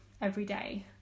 everyday